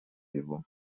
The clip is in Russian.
его